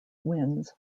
wins